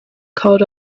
called